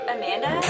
Amanda